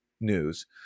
News